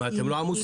מה, אתם לא עמוסים?